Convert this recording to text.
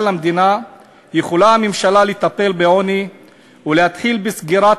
למדינה יכולה הממשלה לטפל בעוני ולהתחיל בסגירת